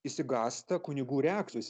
išsigąsta kunigų reakcijos